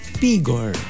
pigor